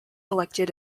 elected